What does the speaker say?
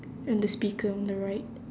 and the speaker on the right